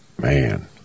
man